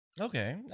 Okay